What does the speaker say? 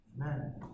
Amen